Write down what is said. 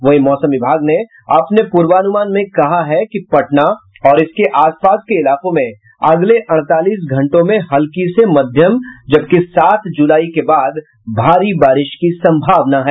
वहीं मौसम विभाग ने अपने पुर्वानुमान में कहा है कि पटना और उसके आस पास के इलाकों में अगले अड़तालीस घंटों में हल्की से मध्यम जबकि सात जुलाई के बाद भारी बारिश की सम्भावना है